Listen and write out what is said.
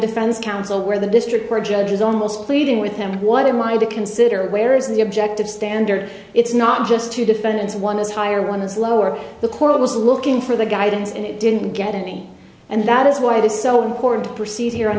defense counsel where the district court judges almost pleading with him what am i to consider where is the objective standard it's not just to defendants one is higher one is lower the court was looking for the guidance and didn't get any and that is why it is so important to proceed here on